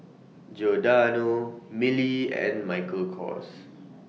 Giordano Mili and Michael Kors